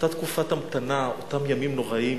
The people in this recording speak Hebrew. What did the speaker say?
אותה תקופת המתנה, אותם ימים נוראים,